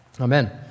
Amen